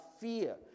fear